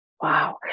Wow